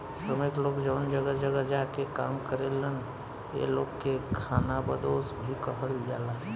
श्रमिक लोग जवन जगह जगह जा के काम करेलन ए लोग के खानाबदोस भी कहल जाला